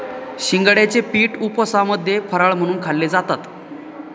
शिंगाड्याचे पीठ उपवासामध्ये फराळ म्हणून खाल्ले जातात